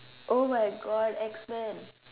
oh my god X-men